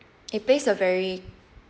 it plays a very